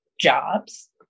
jobs